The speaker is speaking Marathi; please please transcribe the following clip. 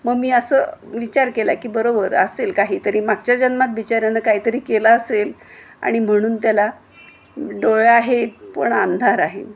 मग मी असं विचार केला की बरोबर असेल काहीतरी मागच्या जन्मात बिचाऱ्यानं काहीतरी केलं असेल आणि म्हणून त्याला डोळे आहेत पण आंधार आहे